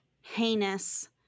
heinous